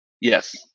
Yes